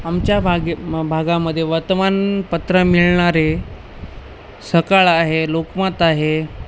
आमच्या भागे भागामध्ये वर्तमानपत्र मिळणारे सकाळ आहे लोकमत आहे